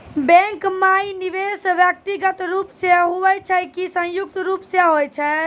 Bank माई निवेश व्यक्तिगत रूप से हुए छै की संयुक्त रूप से होय छै?